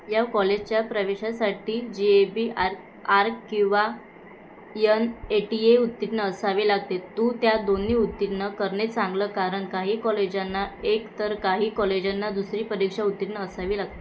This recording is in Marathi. या कॉलेजच्या प्रवेशासाठी G A B arch arch किंवा यन ए टी ए उत्तीर्ण असावे लागते तू त्या दोन्ही उत्तीर्ण करणे चांगलं कारण काही कॉलेजांना एक तर काही कॉलेजांना दुसरी परीक्षा उत्तीर्ण असावी लागते